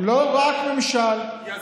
לא רק ממשלה.